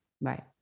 Right